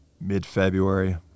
mid-February